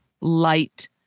light